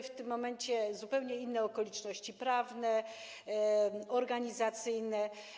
W tym momencie były zupełnie inne okoliczności prawne, organizacyjne.